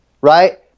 right